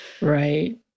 Right